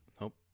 Nope